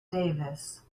davis